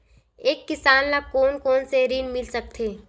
एक किसान ल कोन कोन से ऋण मिल सकथे?